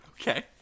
Okay